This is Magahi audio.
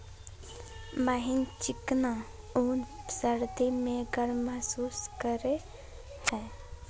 महीन चिकना ऊन सर्दी में गर्म महसूस करेय हइ